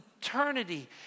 Eternity